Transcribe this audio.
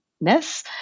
ness